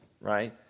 right